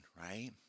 right